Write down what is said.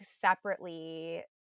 separately